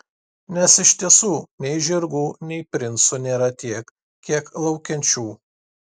nes iš tiesų nei žirgų nei princų nėra tiek kiek laukiančių